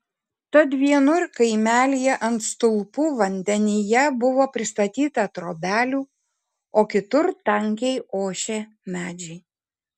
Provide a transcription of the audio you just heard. tad vienur kaimelyje ant stulpų vandenyje buvo pristatyta trobelių o kitur tankiai ošė medžiai